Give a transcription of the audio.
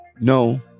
no